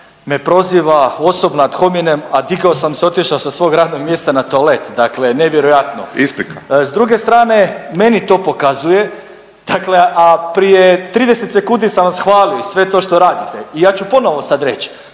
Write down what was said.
me proziva osobno ad hominem, a digao sam se, otišao sa svog radnog mjesta na toalet. Dakle, nevjerojatno. …/Upadica: Isprika./… S druge strane meni to pokazuje, a prije 30 sekundi sam vas hvalio i sve to što radite. I ja ću ponovo sad reći